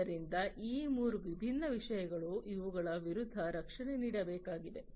ಆದ್ದರಿಂದ ಈ 3 ವಿಭಿನ್ನ ವಿಷಯಗಳು ಇವುಗಳ ವಿರುದ್ಧ ರಕ್ಷಣೆ ನೀಡಬೇಕಾಗಿದೆ